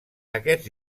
aquest